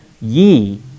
ye